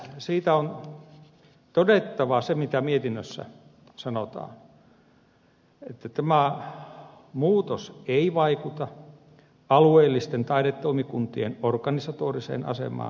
siitä on todettava se mitä mietinnössä sanotaan että tämä muutos ei vaikuta alueellisten taidetoimikuntien organisatoriseen asemaan eikä tehtäviin